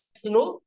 snow